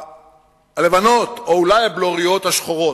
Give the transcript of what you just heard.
הלבנות, או אולי הבלוריות השחורות.